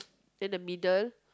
then the middle